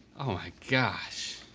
oh my gosh,